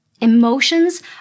Emotions